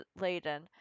Laden